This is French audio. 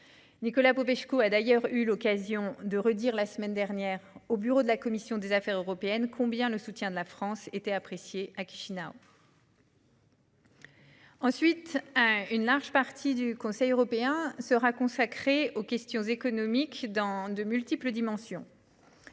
Nicolae Popescu a d'ailleurs eu l'occasion de répéter la semaine dernière au bureau de la commission des affaires européennes combien le soutien de la France était apprécié à Chisinau. Deuxièmement, une large partie du Conseil européen sera consacrée aux questions économiques, dans leurs dimensions